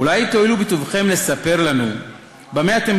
אולי תואילו בטובכם לספר לנו במה אתם